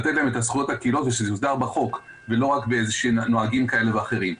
לתת להם את זכויות הקהילות ושזה יוסדר בחוק ולא רק בנוהגים כאלה ואחרים.